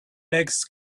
legs